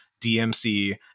dmc